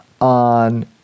on